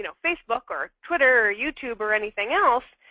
you know facebook, or twitter, or youtube, or anything else